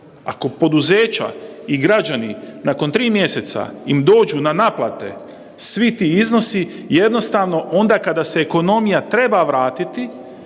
Ako poduzeća i građani nakon tri mjeseca im dođu na naplate svi ti iznosi, jednostavno onda kada se ekonomija treba vratiti